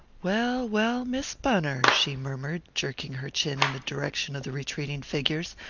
well, well, miss bunner, she murmured, jerking her chin in the direction of the retreating figures,